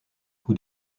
who